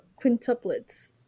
quintuplets